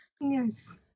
Yes